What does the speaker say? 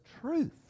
truth